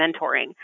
mentoring